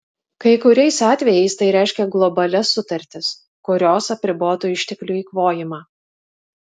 kai kuriais atvejais tai reiškia globalias sutartis kurios apribotų išteklių eikvojimą